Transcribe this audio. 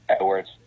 words